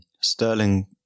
Sterling